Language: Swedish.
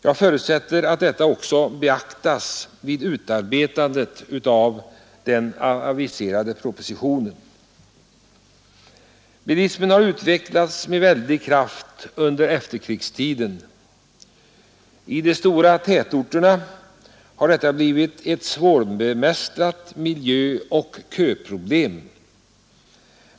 Jag förutsätter att detta också beaktas vid utarbetandet av den aviserade propositionen. Bilismen har utvecklats med väldig kraft under efterkrigstiden. I de stora tätorterna har detta blivit ett svårbemästrat miljöoch köproblem.